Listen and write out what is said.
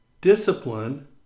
discipline